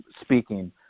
speaking